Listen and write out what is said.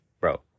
bro